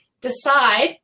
decide